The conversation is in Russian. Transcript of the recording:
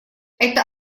это